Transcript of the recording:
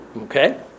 Okay